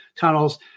tunnels